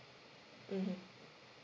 mmhmm